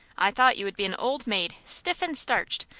i thought you would be an old maid, stiff and starched,